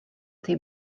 tej